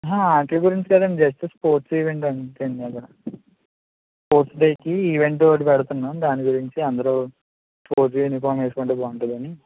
వాటిలి గురించి కాదండి just sports event అంతే అండి స్పోర్ట్స్ డేకి ఈవెంట్ ఒకటి పెడుతున్నాం దాని గురించి అందరూ ఒకే యూనిఫామ్ వేసుకుంటే బాగుంటుందని